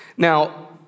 Now